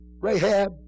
Rahab